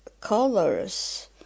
colors